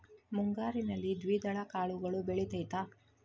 ಮುಂಗಾರಿನಲ್ಲಿ ದ್ವಿದಳ ಕಾಳುಗಳು ಬೆಳೆತೈತಾ?